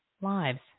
lives